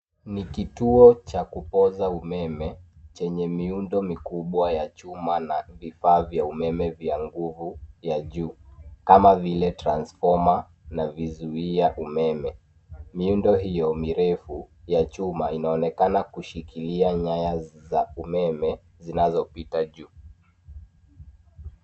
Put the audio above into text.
Ni kituo cha kupoza umeme chenye miundo mikubwa ya chuma na vifaa vya umeme vya nguvu ya juu, kama vile transfoma na vizuia umeme. Miundo hiyo mirefu ya chuma inaonekana kushikilia nyaya za umeme zinazopita juu.